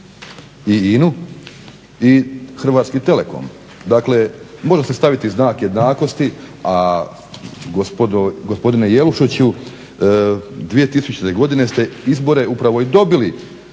i INA-u i Hrvatski telekom. Dakle, može se staviti znak jednakosti. A gospodine Jelušiću 2000. godine ste izbore upravo i dobili